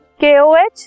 KOH